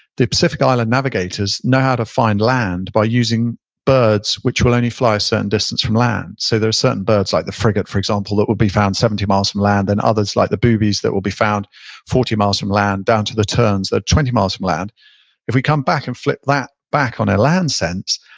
the pacific island navigators know how to find land by using birds which will only fly a distance from land. so there are certain birds like the frigate, for example, that will be found seventy miles from land, and others like the boobys that will be found forty miles from land, down to the terns at twenty miles from land if we come back and flip that back on a land sense,